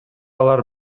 алар